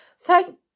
thank